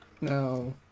No